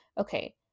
okay